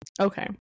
okay